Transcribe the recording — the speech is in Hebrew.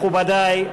מכובדי,